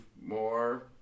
more